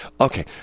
Okay